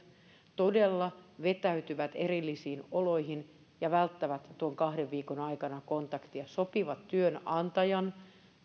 todella vetäytyvät erillisiin oloihin ja välttävät tuon kahden viikon aikana kontaktia sopivat tästä työnantajan